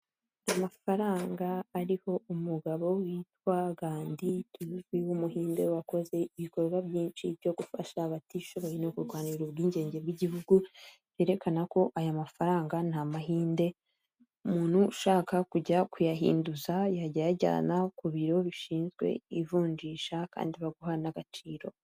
Umuhanda w'igitaka urimo imodoka ebyiri imwe y'umukara n'indi yenda gusa umweru, tukabonamo inzu ku ruhande yarwo yubakishije amabuye kandi ifite amababi y'umutuku ni'gipangu cy'umukara.